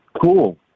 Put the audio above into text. cool